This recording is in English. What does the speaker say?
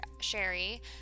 Sherry